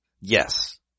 Yes